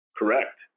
correct